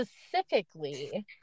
specifically